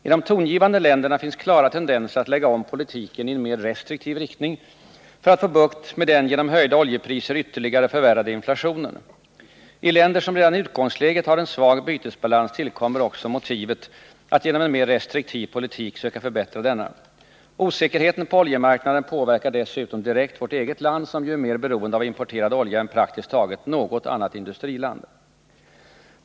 I de tongivande länderna finns klara tendenser att lägga om politiken i mer restriktiv riktning för att få bukt med den genom höjda oljepriser ytterligare förvärrade inflationen. I länder som redan i utgångsläget har en svag bytesbalans tillkommer också motivet att genom en mer restriktiv politik söka förbättra denna. Osäkerheten på oljemarknaden påverkar dessutom direkt vårt eget land, som ju är mer beroende av importerad olja än praktiskt taget något annat industriland.